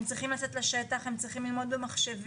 הם צריכים לצאת לשטח, הם צריכים ללמוד במחשבים,